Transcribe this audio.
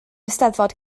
eisteddfod